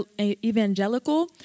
evangelical